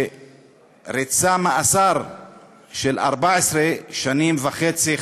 הוא ריצה מאסר של 14 שנים וחצי,